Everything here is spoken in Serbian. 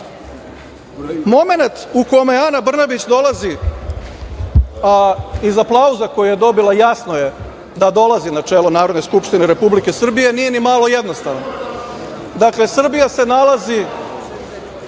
sada. Momenat u kome Ana Brnabić dolazi, iz aplauza koji je dobila jasno je da dolazi na čelo Narodne skupštine Republike Srbije, nije ni malo jednostavan. Dakle, Srbija se nalazi….A,